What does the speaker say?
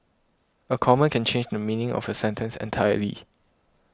a comma can change the meaning of a sentence entirely